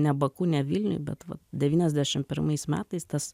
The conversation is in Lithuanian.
ne baku ne vilniuj bet devyniasdešim pirmais metais tas